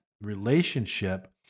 relationship